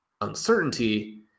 uncertainty